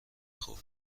خوب